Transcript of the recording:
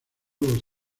los